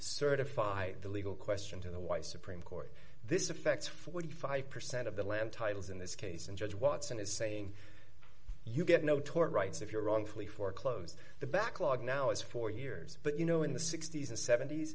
certify the legal question to the why supreme court this affects forty five percent of the land titles in this case and judge watson is saying you get no tort rights if you're wrongfully foreclosed the backlog now is four years but you know in the sixty's and sevent